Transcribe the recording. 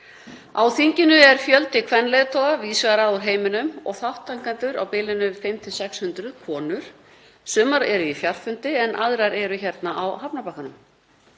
Á þinginu er fjöldi kvenleiðtoga víðs vegar að úr heiminum og þátttakendur á bilinu 500–600 konur. Sumar eru á fjarfundi en aðrar eru hérna á hafnarbakkanum.